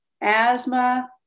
asthma